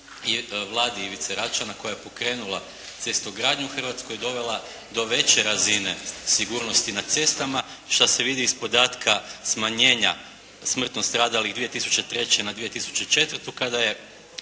Vladi Ivice Račana koja je pokrenula cestogradnju Hrvatskoj donijela do veće razine sigurnosti na cestama što se vidi iz podatka smanjenja smrtno stradalih 2003. na 2004. kada je